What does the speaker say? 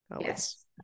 Yes